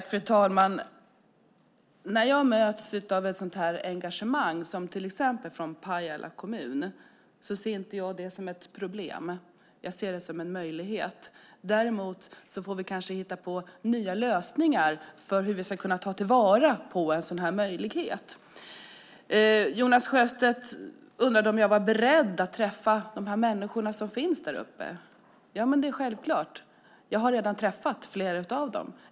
Fru talman! När jag möts av ett engagemang som det från Pajala kommun ser jag det inte som ett problem utan som en möjlighet. Däremot får vi kanske hitta på nya lösningar för att ta vara på en sådan möjlighet. Jonas Sjöstedt undrade om jag var beredd att träffa människorna som finns däruppe. Det är väl självklart! Jag har redan träffat flera av dem.